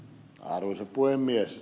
arvoisa puhemies